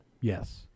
Yes